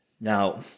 Now